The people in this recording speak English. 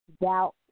doubt